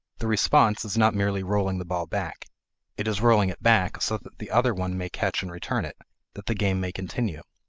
the response is not merely rolling the ball back it is rolling it back so that the other one may catch and return it that the game may continue.